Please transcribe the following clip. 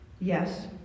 Yes